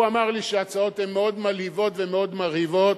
הוא אמר לי שההצעות הן מאוד מלהיבות ומאוד מרהיבות,